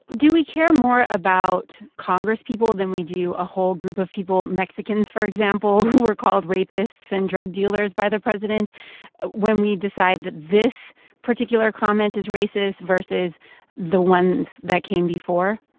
do we care more about congresspeople than we do a whole group of people mexicans, for example, who were called rapists and drug dealers by the president when we decide that this particular comment is racist versus the ones that came before?